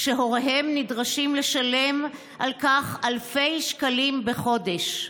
כשהוריהם נדרשים לשלם על כך אלפי שקלים בחודש,